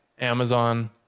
Amazon